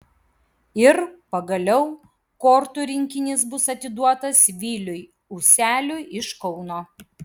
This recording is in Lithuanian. ir pagaliau kortų rinkinys bus atiduotas viliui useliui iš kauno